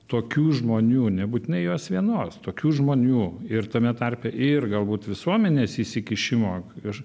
tokių žmonių nebūtinai jos vienos tokių žmonių ir tame tarpe ir galbūt visuomenės įsikišimo ir